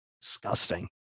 Disgusting